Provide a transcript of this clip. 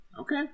okay